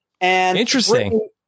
Interesting